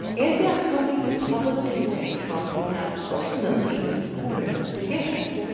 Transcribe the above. and he asked comey to publicly say trump is not personally under investigation,